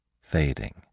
fading